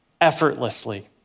effortlessly